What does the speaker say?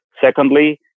Secondly